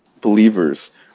believers